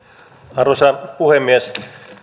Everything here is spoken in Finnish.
arvoisa puhemies